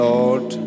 Lord